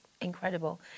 incredible